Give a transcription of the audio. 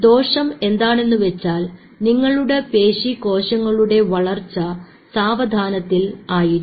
ദോഷം എന്താണെന്നുവെച്ചാൽ നിങ്ങളുടെ പേശി കോശങ്ങളുടെ വളർച്ച സാവധാനത്തിൽ ആയിരിക്കും